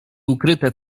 ukryte